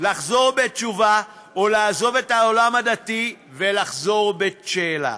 לחזור בתשובה או לעזוב את העולם הדתי ולחזור בשאלה.